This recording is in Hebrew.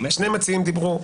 שני מציעים דיברו,